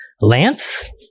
Lance